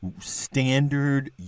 standard